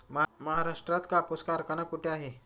महाराष्ट्रात कापूस कारखाना कुठे आहे?